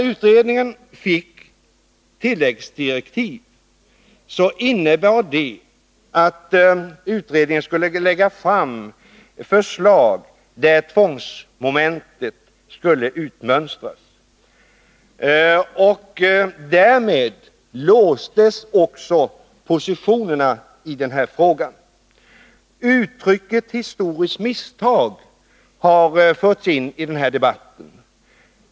Utredningen fick tilläggsdirektiv som innebar att utredningen skulle lägga fram förslag där tvångsmomentet skulle utmönstras. Därmed låstes också positionerna i den här frågan. Uttrycket ”historiskt misstag” har förts ini den här debatten.